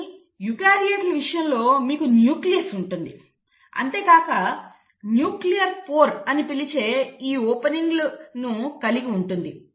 కానీ యూకారియోట్ల విషయంలో మీకు న్యూక్లియస్ ఉంటుంది అంతేకాక న్యూక్లియర్ పోర్ అని పిలిచే ఈ ఓపెనింగ్లను కలిగి ఉంటుంది